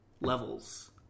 levels